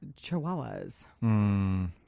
chihuahuas